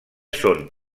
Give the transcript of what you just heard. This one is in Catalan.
són